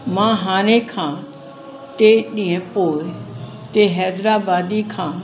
मां हाणे खां टे ॾींहं पोइ ते हैदराबादी खां